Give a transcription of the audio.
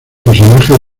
personajes